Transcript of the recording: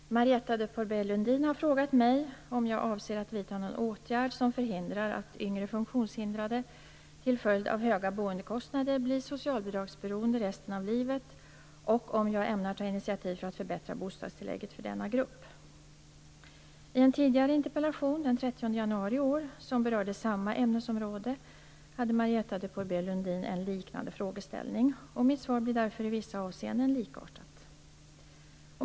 Fru talman! Marietta de Pourbaix-Lundin har frågat mig om jag avser att vidta någon åtgärd som förhindrar att yngre funktionshindrade till följd av höga boendekostnader blir socialbidragsberoende resten av livet och om jag ämnar ta initiativ för att förbättra bostadstillägget för denna grupp. Pourbaix-Lundin en liknande frågeställning. Mitt svar blir därför i vissa avseenden likartat.